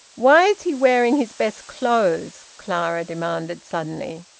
why's he wearing his best clothes? clara demanded suddenly.